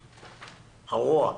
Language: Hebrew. הרוע.